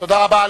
תודה רבה.